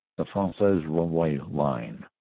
the fresnes-rouvroy line.